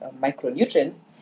micronutrients